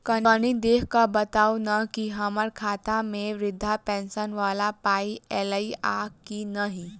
कनि देख कऽ बताऊ न की हम्मर खाता मे वृद्धा पेंशन वला पाई ऐलई आ की नहि?